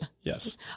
Yes